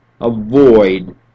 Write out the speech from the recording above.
avoid